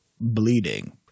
bleeding